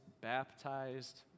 baptized